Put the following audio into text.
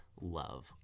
love